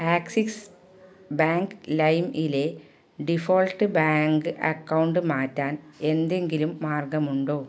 axis bank ലൈമിലെ default bank account മാറ്റാൻ എന്തെങ്കിലും മാർഗമുണ്ടോ